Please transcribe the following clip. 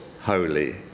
holy